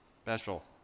special